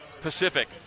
Pacific